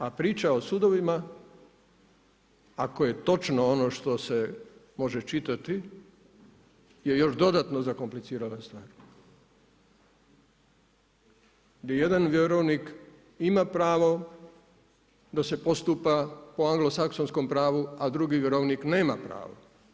A priča o sudovima ako je točno ono što se može čitati je još dodatno zakomplicirala stvar, gdje jedan vjerovnik ima pravo da se postupa po anglosaksonskom pravu, a drugi vjerovnik nema pravo.